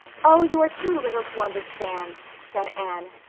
oh, you are too little to understand, said anne.